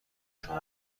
شما